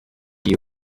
you